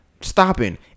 stopping